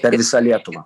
per visą lietuvą